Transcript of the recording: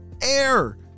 air